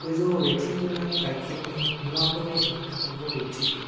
गोजौ रेटिंगोनां गाइखेरनि मुवाफोरनि दिहुनथाइफोरखौ दिन्थि